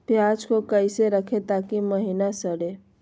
प्याज को कैसे रखे ताकि महिना सड़े?